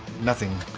nothing.